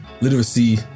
literacy